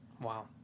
wow